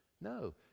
no